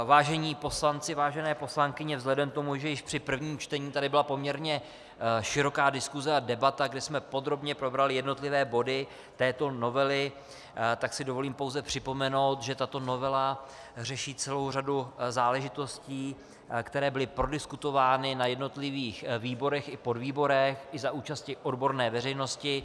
Vážení poslanci, vážené poslankyně, vzhledem k tomu, že již při prvním čtení tady byla poměrně široká diskuse a debata, kde jsme podrobně probrali jednotlivé body této novely, tak si dovolím pouze připomenout, že tato novela řeší celou řadu záležitostí, které byly prodiskutovány na jednotlivých výborech i podvýborech i za účasti odborné veřejnosti.